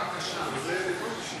רשימת הדוברים לא נמצאת.